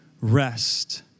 rest